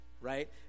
right